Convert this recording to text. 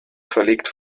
verlegt